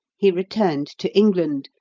he returned to england,